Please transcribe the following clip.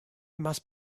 must